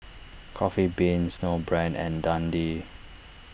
Coffee Bean Snowbrand and Dundee